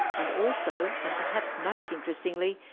and also and perhaps most interestingly,